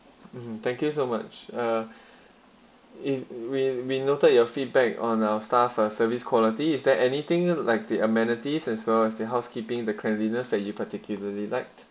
mm thank you so much ah if we we noted your feedback on our staff uh service quality is there anything like the amenities as well as the housekeeping the cleanliness that you particularly like